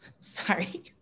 sorry